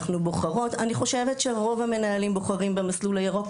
אני חושבת שרוב המנהלים בוחרים במסלול הירוק,